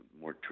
more